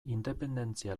independentzia